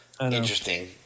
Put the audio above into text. interesting